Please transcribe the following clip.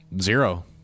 zero